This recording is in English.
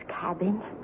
cabin